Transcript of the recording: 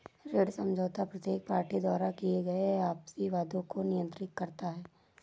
ऋण समझौता प्रत्येक पार्टी द्वारा किए गए आपसी वादों को नियंत्रित करता है